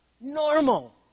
normal